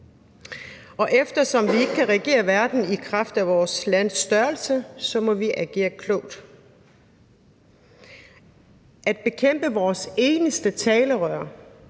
Og eftersom vi ikke kan regere verden i kraft af vores lands størrelse, så må vi agere klogt. At bekæmpe vores eneste talerør,